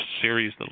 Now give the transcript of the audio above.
series